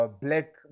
Black